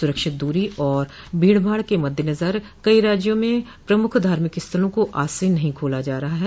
सुरक्षित दूरी और भीड़भाड़ के मद्देनजर कई राज्यों में प्रमुख धार्मिक स्थलों को आज से नहीं खोला जा रहा है